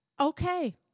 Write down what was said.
Okay